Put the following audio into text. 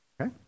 okay